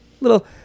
little